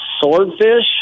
Swordfish